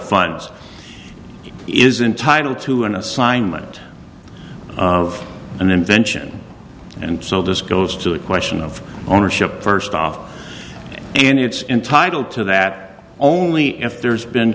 funds is entitle to an assignment of an invention and so this goes to the question of ownership first off and it's entitle to that only if there's been